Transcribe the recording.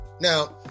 Now